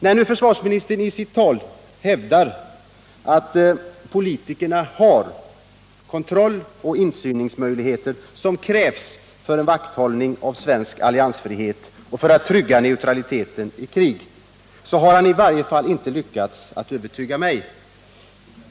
När nu försvarsministern i sitt svar hävdar att politikerna har den kontroll och den insyn som krävs för vakthållningen då det gäller svensk alliansfrihet och för tryggandet av neutraliteten i krig, har han i varje fall inte lyckats övertyga mig.